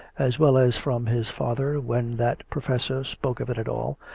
as well as from his father when that professor spoke of it at all,